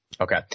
Okay